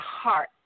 heart